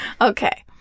Okay